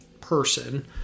person